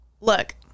look